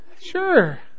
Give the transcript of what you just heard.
Sure